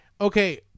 Okay